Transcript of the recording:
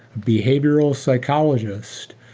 behavioral psychologist,